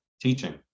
teaching